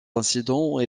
incident